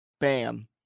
Bam